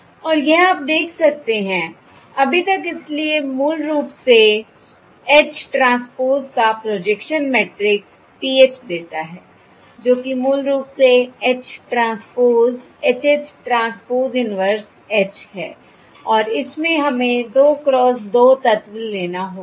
और यह आप देख सकते हैं अभी तक इसलिए यह मूल रूप से H ट्रांसपोज का प्रोजेक्शन मैट्रिक्स PH देता है जो कि मूल रूप से H transpose H H transpose inverse H है और इसमें हमें 2 क्रॉस 2 तत्व लेना होगा